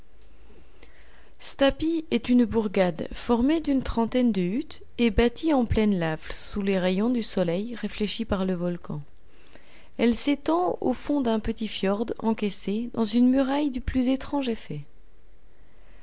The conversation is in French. stapi est une bourgade formée d'une trentaine de huttes et bâtie en pleine lave sous les rayons du soleil réfléchis par le volcan elle s'étend au fond d'un petit fjord encaissé dans une muraille du plus étrange effet